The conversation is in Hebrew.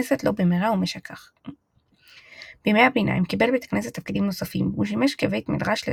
גם מכתובת תאודוטוס בן וטנוס שנמצאה בעיר דוד.